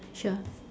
sure